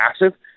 massive